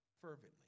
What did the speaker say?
fervently